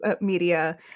media